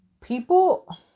people